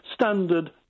standard